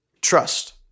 Trust